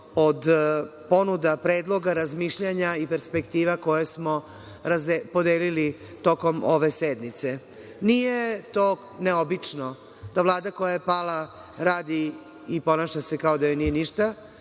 od ponuda, predloga, razmišljanja i perspektiva koje smo podelili tokom ove sednice. Nije to neobično da Vlada koja je pala radi i ponaša se kao da joj nije ništa